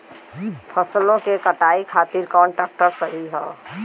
फसलों के कटाई खातिर कौन ट्रैक्टर सही ह?